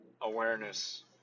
awareness